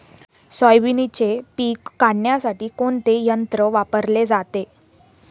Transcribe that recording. सोयाबीनचे पीक काढण्यासाठी कोणते यंत्र वापरले जाते?